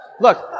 look